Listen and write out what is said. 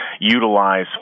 Utilize